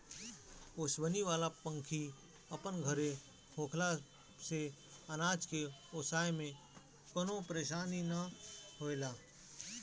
ओसवनी वाला पंखी अपन घरे होखला से अनाज के ओसाए में कवनो परेशानी ना होएला